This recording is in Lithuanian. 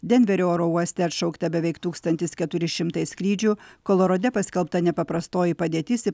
denverio oro uoste atšaukta beveik tūkstantis keturi šimtai skrydžių kolorade paskelbta nepaprastoji padėtis į